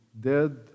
Dead